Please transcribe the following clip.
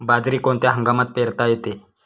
बाजरी कोणत्या हंगामात पेरता येते?